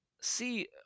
see